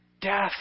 Death